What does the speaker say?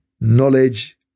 knowledge